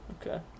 Okay